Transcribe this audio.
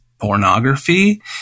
pornography